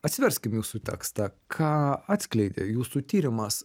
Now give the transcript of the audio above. atsiverskim jūsų tekstą ką atskleidė jūsų tyrimas